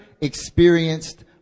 experienced